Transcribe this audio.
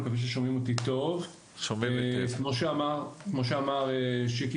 כמו שאמר שיקי,